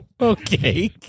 Okay